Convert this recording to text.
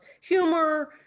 humor